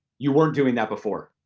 you weren't doing that before?